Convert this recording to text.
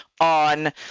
on